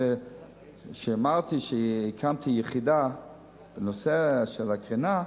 כשאמרתי שהקמתי יחידה בנושא הקרינה,